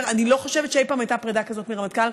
שאני לא חושבת שאי-פעם הייתה פרידה כזאת מרמטכ"ל.